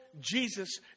Jesus